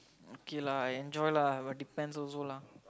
okay lah I enjoy lah but depends also lah